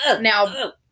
Now